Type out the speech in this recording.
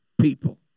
people